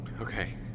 Okay